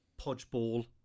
Podgeball